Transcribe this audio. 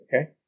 Okay